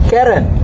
Karen